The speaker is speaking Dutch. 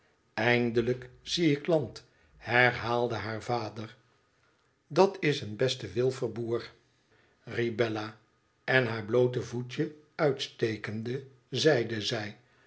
eindelijk zie ik land herhaalde haar vader dat is een beste wilfer boer riep bella en haar bloote voetje uitstekende zeide zij